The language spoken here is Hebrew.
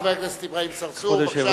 חבר הכנסת אברהים צרצור, בבקשה, אדוני.